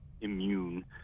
immune